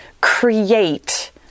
create